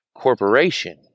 corporation